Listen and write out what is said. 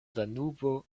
danubo